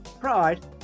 Pride